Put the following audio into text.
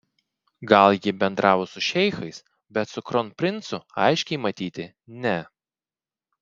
gal ji bendravo su šeichais bet su kronprincu aiškiai matyti ne